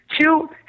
Two